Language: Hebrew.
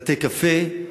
בתי-הקפה,